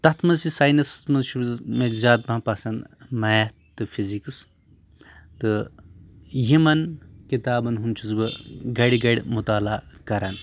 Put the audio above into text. تَتھ منٛز چھِ ساینَسَس منٛز چھُ مےٚ زیادٕ پَہَن پَسنٛد میتھ تہٕ فِزِکٕس تہٕ یِمَن کِتابَن ہُنٛد چھُس بہٕ گَرِ گَرِ مطالعہ کَران